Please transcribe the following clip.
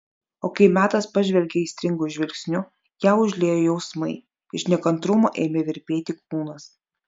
o kai metas pažvelgė aistringu žvilgsniu ją užliejo jausmai iš nekantrumo ėmė virpėti kūnas